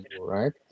right